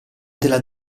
della